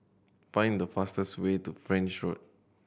find the fastest way to French Road